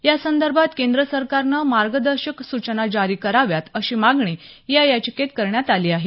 यासंदर्भात केंद्र सरकारनं मार्गदर्शक सूचना जारी कराव्यात अशी मागणी या याचिकेत करण्यात आली आहे